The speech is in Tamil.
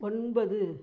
ஒன்பது